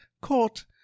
caught